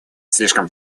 слишком